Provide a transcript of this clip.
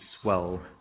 swell